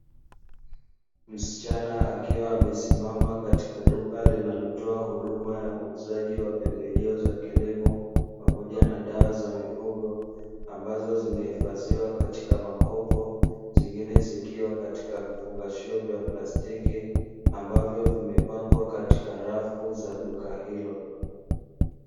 Msichana akiwa amesimama katika duka linalotoa huduma ya uuzaji wa pembejeo za kilimo pamoja na dawa za mifugo, ambazo zimehifadhiwa katika makopo zingine zikiwa katika vifungashio vya plastiki ambavyo vimepangwa katika rafu za duka hilo.